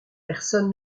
personne